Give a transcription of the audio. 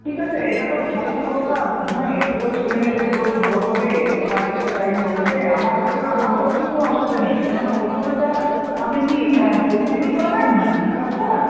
ঠিক আছে এটা তো ভালো প্রস্তাব হ্যাঁ এতে তো ছেলে মেয়েদের গ্রোথ ভালো হবে বা এক্সট্রা টাইম পড়বে আমার থেকে আমার তরফ থেকে কোনো অসুবিধা নেই কেননা ওই সময়টা আপনি কি প্রতিদিনই করাবেন ক্লাসটা